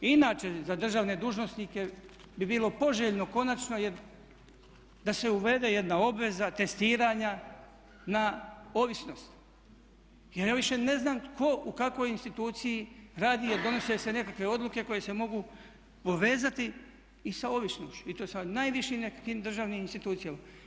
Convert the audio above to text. Inače za državne dužnosnike bi bilo poželjno konačno, da se uvede jedna obveza testiranja na ovisnost jer ja više ne znam tko u kakvoj instituciji radi, jer donose se nekakve odluke koje se mogu povezati i sa ovisnošću i to sa najvišim nekakvim državnim institucijama.